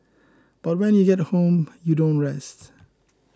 but when you get home you don't rest